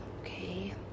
Okay